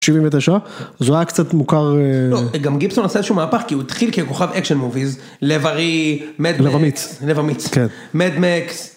79 זה היה קצת מוכר גם גיבסון עשה שהוא מהפך כי הוא התחיל ככוכב אקשן movie לב ארי. לב אמיץ, לב אמיץ, מדמקס.